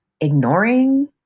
ignoring